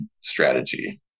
strategy